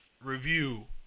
Review